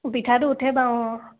পিঠাটো উঠে বাৰু অঁ